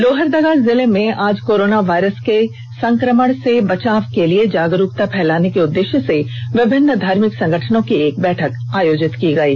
लोहरदगा जिले में आज कोरोना वायरस के संकमण से बचाव के लिए जागरूकता फेलाने के उद्देष्य से विभिन्न धार्मिक संगठनों की एक बैठक आयोजित की गयी